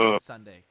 Sunday